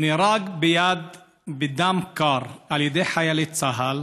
נהרג בדם קר על ידי חיילי צה"ל